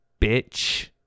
bitch